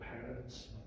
parents